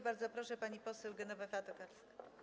Bardzo proszę, pani poseł Genowefa Tokarska.